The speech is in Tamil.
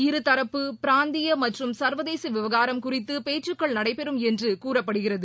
இருதரப்பு பிராந்திய மற்றும் சர்வதேச விவகாரம் குறித்து பேச்சுக்கள் நடைபெறும் என்று கூறப்படுகிறது